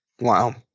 Wow